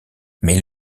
mais